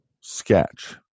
sketch